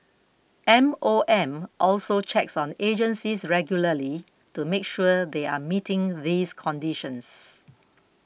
M O M also checks on agencies regularly to make sure they are meeting these conditions